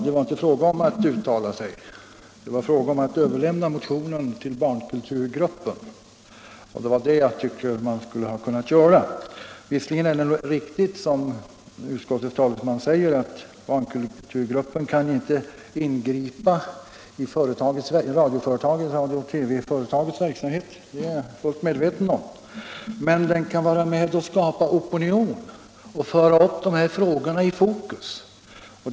Det var inte fråga om att uttala sig. Det var fråga om att överlämna motionen till barnkulturgruppen — det var det jag ansåg att man skulle ha kunnat göra. Visserligen är det riktigt, som utskottets talesman säger, att barnkulturgruppen inte kan ingripa i radiooch TV-företagets verksamhet. Det är jag fullständigt medveten om. Men den kan vara med och skapa opinion och föra fram de här frågorna i fokus.